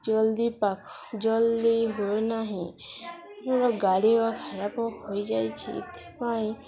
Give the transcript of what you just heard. ଜଲ୍ଦି ପାଖ ଜଲ୍ଦି ହୁଏ ନାହିଁ ର ଗାଡ଼ି ଅ ଖରାପ ହୋଇଯାଇଛି ଏଥିପାଇଁ